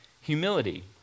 humility